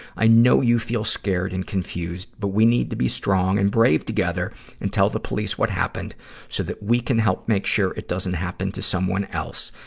i know you feel scared and confused, but we need to be strong and brave together and tell the police what happened so that we can help make sure it doesn't happen to someone else.